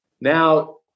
now